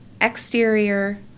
exterior